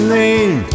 name